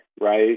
right